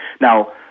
now